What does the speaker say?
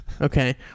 okay